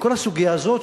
וכל הסוגיה הזאת,